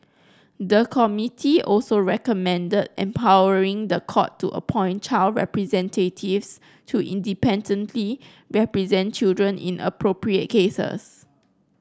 the committee also recommended empowering the court to appoint child representatives to independently represent children in appropriate cases